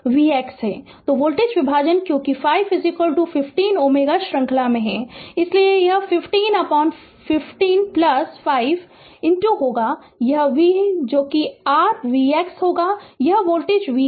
तो वोल्टेज विभाजन क्योंकि 5 और 15 Ω श्रृंखला में हैं इसलिए यह 1515 5 होगा यह v जो कि r vx होगा यह वोल्टेज v है